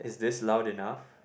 is this loud enough